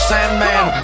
Sandman